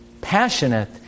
passionate